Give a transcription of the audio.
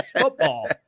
football